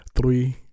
three